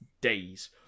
days